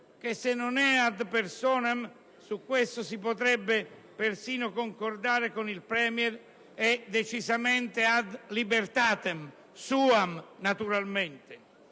che se non è *ad personam* - su questo si potrebbe persino concordare con il *Premier* - è decisamente *ad libertatem*... *suam*, naturalmente!